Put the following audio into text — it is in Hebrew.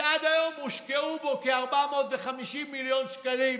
שעד היום הושקעו בו כ-450 מיליון שקלים,